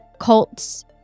cults